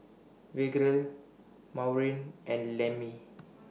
Virgle Maureen and Lemmie